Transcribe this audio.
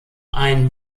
ein